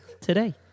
today